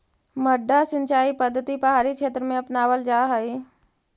मड्डा सिंचाई पद्धति पहाड़ी क्षेत्र में अपनावल जा हइ